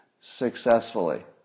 successfully